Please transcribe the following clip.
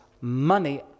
money